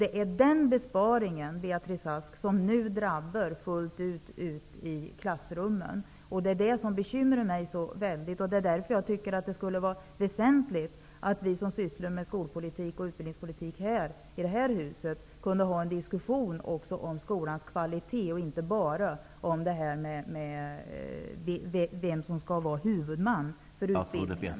Det är den besparingen, Beatrice Ask, som nu drabbar fullt ut i klassrummen, och det är detta som bekymrar mig så mycket. Det är därför som jag tycker att det skulle vara väsentligt att vi som sysslar med skolpolitik och utbildningspolitik i detta hus kunde ha en diskussion också om skolans kvalitet och inte bara om vem som skall vara huvudman för utbildningen.